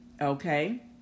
Okay